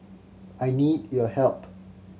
I need your help